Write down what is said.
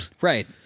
Right